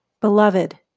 Beloved